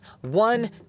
one